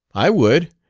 i would.